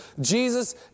Jesus